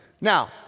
Now